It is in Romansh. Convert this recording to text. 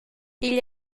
igl